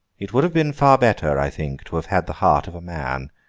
it would have been far better, i think, to have had the heart of a man.